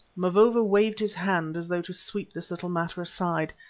mavovo waved his hand as though to sweep this little matter aside,